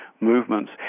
movements